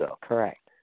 Correct